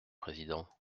président